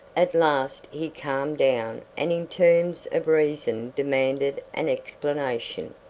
at last he calmed down and in terms of reason demanded an explanation.